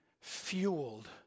fueled